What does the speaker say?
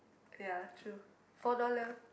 ya true four dollar